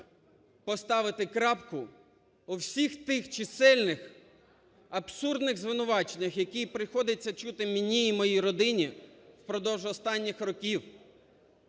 поставити крапку по всіх тих чисельних абсурдних звинуваченнях, які приходиться чути мені і моїй родині впродовж останніх років.